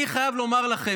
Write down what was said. אני חייב לומר לכם,